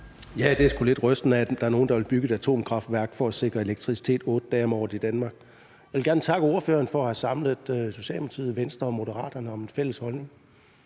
Ja, det er sgu lidt rystende, at nogen vil bygge et atomkraftværk for at sikre elektricitet 8 dage om året i Danmark. Jeg vil gerne takke ordføreren for at have samlet Socialdemokratiet, Venstre og Moderaterne om en fælles holdning,